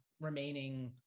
remaining